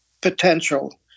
potential